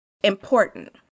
important